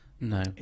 No